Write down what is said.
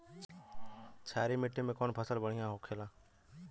क्षारीय मिट्टी में कौन फसल बढ़ियां हो खेला?